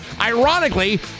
Ironically